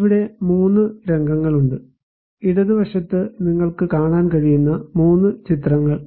ഇവിടെ 3 രംഗങ്ങൾ ഉണ്ട് ഇടത് വശത്ത് നിങ്ങൾക്ക് കാണാൻ കഴിയുന്ന 3 ചിത്രങ്ങൾ